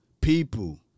people